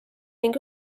ning